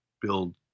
build